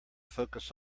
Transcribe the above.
focus